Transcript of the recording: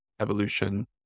evolution